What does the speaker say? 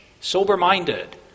sober-minded